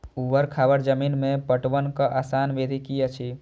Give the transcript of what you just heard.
ऊवर खावर जमीन में पटवनक आसान विधि की अछि?